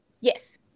Yes